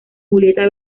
julieta